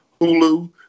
Hulu